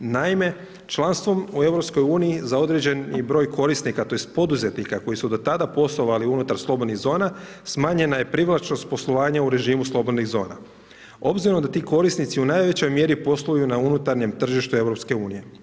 Naime, članstvom u EU za određeni broj korisnika tj. poduzetnika koji su do tada poslovali unutar slobodnih zona, smanjena je privlačnost poslovanja u režimu slobodnih zona obzirom da ti korisnici u najvećoj mjeri posluju na unutarnjem tržištu EU.